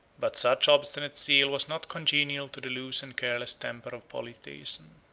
but such obstinate zeal was not congenial to the loose and careless temper of polytheism.